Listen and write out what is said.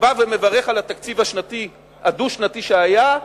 שבא ומברך על התקציב הדו-שנתי שהיה,